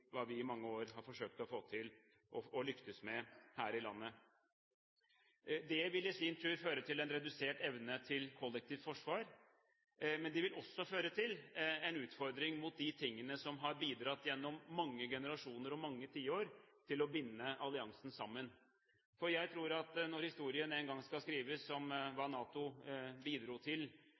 i mange år har forsøkt å få til, og også lyktes med her i landet. Det vil i sin tur føre til en redusert evne til kollektivt forsvar. Men det vil også føre til en utfordring mot det som gjennom mange generasjoner og mange tiår har bidratt til å binde alliansen sammen. Jeg tror at når historien en gang skal skrives om hva NATO bidro til,